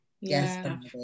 Yes